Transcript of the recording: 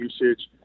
usage